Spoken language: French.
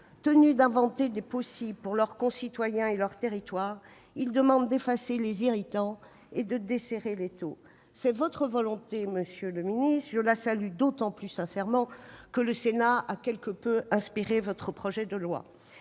tenus d'inventer des possibles pour leurs concitoyens et leur territoire, ils nous demandent d'effacer les irritants et de desserrer l'étau. Telle est votre volonté, monsieur le ministre, et je la salue d'autant plus sincèrement que le Sénat a quelque peu inspiré votre projet de loi.